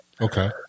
Okay